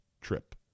trip